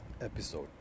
episode